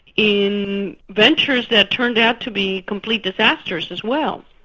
in ventures that turned out to be complete disasters as well.